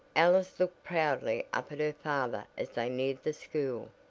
alice looked proudly up at her father as they neared the school.